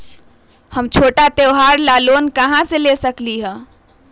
हम छोटा त्योहार ला लोन कहां से ले सकई छी?